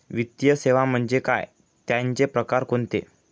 वित्तीय सेवा म्हणजे काय? त्यांचे प्रकार कोणते?